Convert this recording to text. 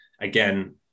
Again